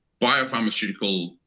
biopharmaceutical